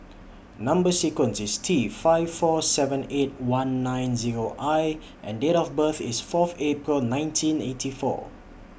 Number sequence IS T five four seven eight one nine Zero I and Date of birth IS Fourth April nineteen eighty four